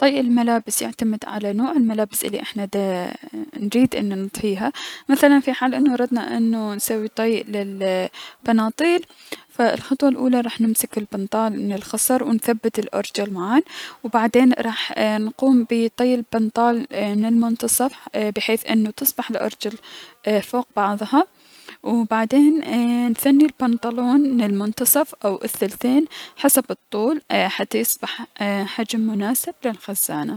طي الملابس يعتمد على نوع الملابس الي احنا رايدين انو اي- نطيها، مثلا في حال اذا ردنا نسوي طي للبناطيل ف الخطوة الأولى راح نثبت البنطال من الخصر و نثبت الأرجل معا، و بعدين راح نقوم اي بطي البنطال من المنتصف بحيث انو تصبح الأرجل فوق بعضها، ايي- و بعدين نثني البنطلون من المنتصف او الثلثين حسب الطول اي- حتى يصبح حجم مناسب للخزانة.